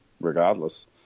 regardless